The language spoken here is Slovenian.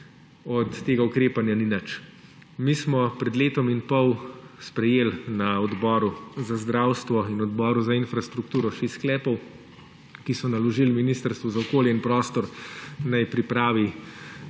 od tega ukrepanja ni nič. Mi smo pred letom in pol sprejeli na Odboru za zdravstvo in na Odboru za infrastrukturo šest sklepov, ki so naložili Ministrstvu za okolje in prostor, naj pripravi